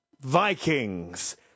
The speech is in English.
Vikings